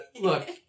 Look